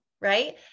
right